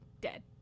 dead